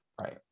Right